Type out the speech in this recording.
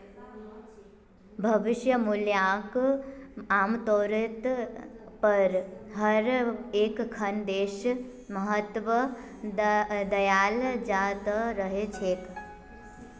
भविष्य मूल्यक आमतौरेर पर हर एकखन देशत महत्व दयाल जा त रह छेक